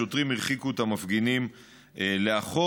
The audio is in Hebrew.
השוטרים הרחיקו את המפגינים לאחור,